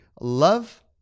love